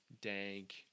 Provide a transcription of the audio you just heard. Dank